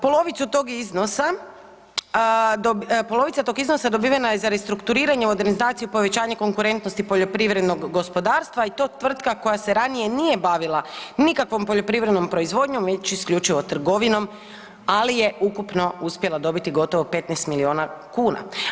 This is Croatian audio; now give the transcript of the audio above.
Polovica tog iznosa dobivena je za restrukturiranje i modernizaciju povećanja konkurentnosti poljoprivrednog gospodarstva i to tvrtka koja se ranije nije bavila nikakvom poljoprivrednom proizvodnjom već isključivo trgovinom ali je ukupno uspjela dobiti gotovo 14 milijuna kuna.